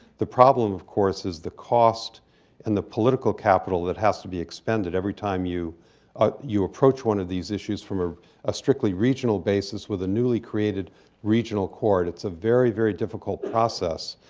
the problem of course is the cost and the political capital that has to be expended every time you ah you approach one of these issues from ah a strictly regional basis with a newly created regional court. it's a very, very difficult process,